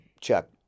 Chuck